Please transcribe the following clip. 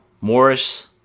Morris